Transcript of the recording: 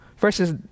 verses